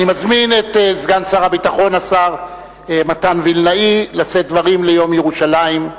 אני מזמין את סגן שר הביטחון מתן וילנאי לשאת דברים ליום ירושלים.